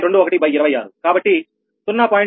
2126 కాబట్టి 0